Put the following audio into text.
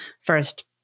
first